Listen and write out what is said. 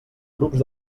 grups